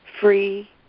free